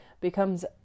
becomes